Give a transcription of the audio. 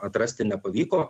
atrasti nepavyko